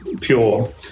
Pure